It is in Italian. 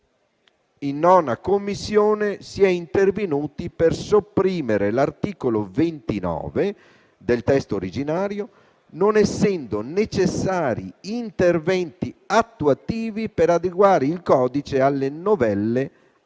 in 9a Commissione si è intervenuti per sopprimere l'articolo 29 del testo originario, non essendo necessari interventi attuativi per adeguare il codice alle novelle